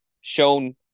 shown